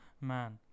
man